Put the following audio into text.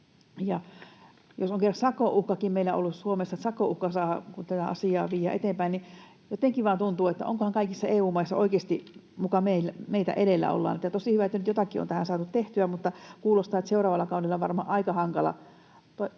uhkakin meillä ollut Suomessa, sakon uhka, jos tätä asiaa viedään eteenpäin, niin jotenkin vain tuntuu, että ollaankohan kaikissa EU-maissa oikeasti muka meitä edellä. On tosi hyvä, että nyt jotakin on tähän saatu tehtyä, mutta kuulostaa siltä, että seuraavalla kaudella on varmaan aika hankala